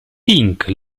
pink